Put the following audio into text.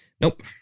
Nope